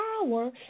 power